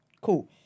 Cool